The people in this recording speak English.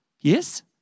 Yes